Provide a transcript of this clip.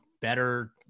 better